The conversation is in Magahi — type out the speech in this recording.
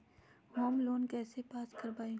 होम लोन कैसे पास कर बाबई?